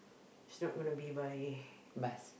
it's not gonna be by